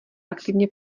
aktivně